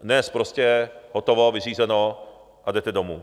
Dnes prostě hotovo, vyřízeno a jdete domů.